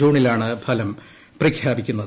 ജൂണിലാണ് ഫലം പ്രഖ്യാപിക്കുന്നത്